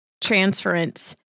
transference